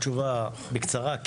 התשובה בקצרה,